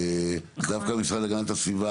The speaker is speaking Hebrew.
אז דווקא המשרד להגנת הסביבה